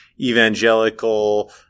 evangelical